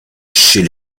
chez